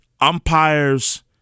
umpires